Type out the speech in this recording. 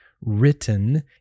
written